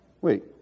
wait